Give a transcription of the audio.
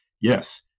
yes